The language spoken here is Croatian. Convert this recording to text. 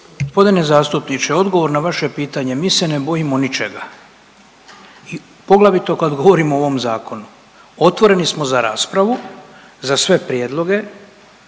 Gospodine zastupniče, odgovor na vaše pitanje. Mi se ne bojimo ničega i poglavito kad govorimo o ovom zakonu, otvoreni smo za raspravu, za sve prijedloge